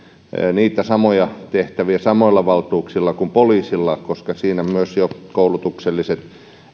samoja tehtäviä samoilla valtuuksilla kuin poliisilla koska siinä myös jo koulutukselliset